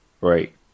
right